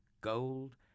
gold